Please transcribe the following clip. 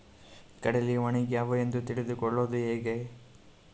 ಕಡಲಿ ಒಣಗ್ಯಾವು ಎಂದು ತಿಳಿದು ಕೊಳ್ಳೋದು ಹೇಗೆ?